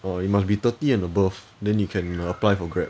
orh you must be thirty and above then you can apply for Grab